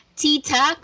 tita